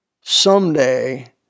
Someday